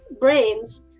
brains